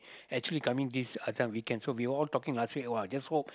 actually coming this uh this one weekend actually we all talking last week just hope